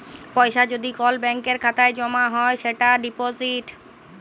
পয়সা যদি কল ব্যাংকের খাতায় জ্যমা দেয় সেটা ডিপজিট